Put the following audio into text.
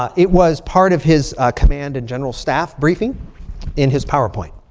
it was part of his command and general staff briefing in his powerpoint.